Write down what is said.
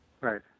Right